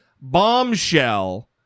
bombshell